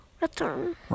Return